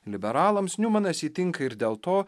liberalams niumanas įtinka ir dėl to